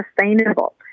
sustainable